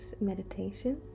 meditation